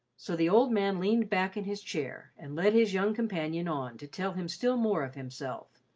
so the old man leaned back in his chair, and led his young companion on to telling him still more of himself,